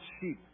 sheep